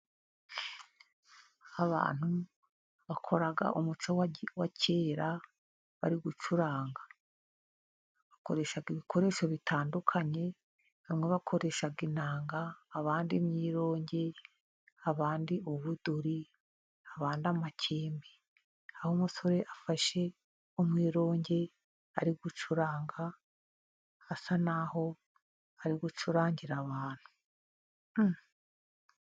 Abantu bakora umuco wa kera bari gucuranga bakoresha ibikoresho bitandukanye bamwe bakoresha inanga, abandi imyirongi, abandi ubuduri, abandi amakembe. Aho umusore afashe umwirongi ari gucuranga asa naho ari gucurangira abantu.